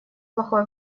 плохое